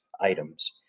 items